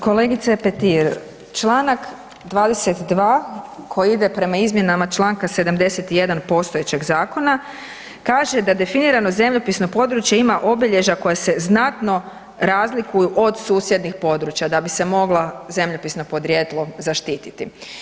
Kolegice Petir članak 22. koji ide prema izmjenama članka 71. postojećeg zakona kaže da definirano zemljopisno područje ima obilježja koja se znatno razlikuju od susjednih područja da bi se moglo zemljopisno podrijetlo zaštititi.